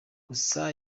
gusa